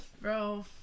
Bro